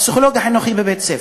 הפסיכולוג החינוכי בבית-ספר,